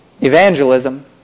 evangelism